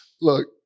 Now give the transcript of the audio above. Look